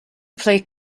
play